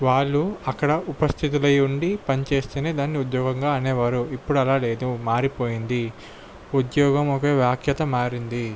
వాళ్లు అక్కడ ఉపస్థితులైయుండి పనిచేస్తేనే దాన్ని ఉద్యోగంగా అనేవారు ఇప్పుడు అలా లేదు మారిపోయింది ఉద్యోగం యొక్క వాఖ్యత మారింది